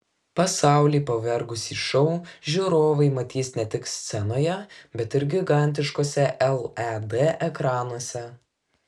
pasaulį pavergusį šou žiūrovai matys ne tik scenoje bet ir gigantiškuose led ekranuose